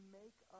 make